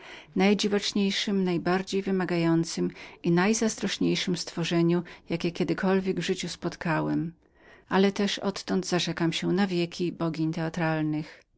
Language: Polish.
nawarry najdziwaczniejszem najbardziej wymagającem i najzazdrośniejszem stworzeniu jakie kiedykolwiek w życiu spotkałem ale też odtąd zarzekłem się na wieki bogini teatralnych